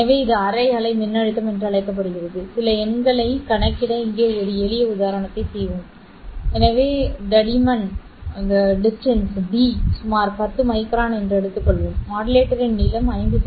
எனவே இது அரை அலை மின்னழுத்தம் என்று அழைக்கப்படுகிறது சில எண்களைக் கணக்கிட இங்கே ஒரு எளிய உதாரணத்தை செய்வோம் எனவே தடிமன் d சுமார் 10 மைக்ரான் என்று வைத்துக் கொள்வோம் மாடுலேட்டரின் நீளம் 5 செ